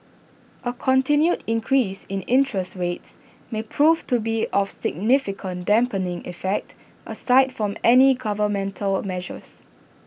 A continued increase in interest rates may prove to be of significant dampening effect aside from any governmental measures